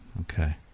Okay